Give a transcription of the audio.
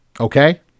Okay